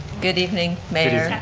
good evening, mayor,